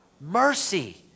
Mercy